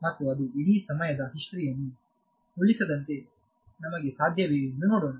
ಮತ್ತು ಅದು ಇಡೀ ಸಮಯದ ಹಿಸ್ಟರಿ ಅನ್ನು ಉಳಿಸದಂತೆ ನಮಗೆ ಸಾಧ್ಯವೇ ಎಂದು ನೋಡೋಣ